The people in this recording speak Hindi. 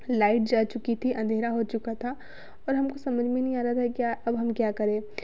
लाइट जा चुकी थी अंधेरा हो चुका था और हमको समझ में नहीं आ रहा था कि अब हम क्या करें